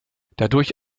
dadurch